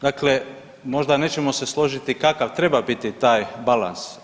Dakle, možda nećemo se složiti kakav treba biti taj balans.